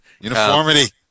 Uniformity